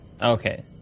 Okay